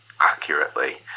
accurately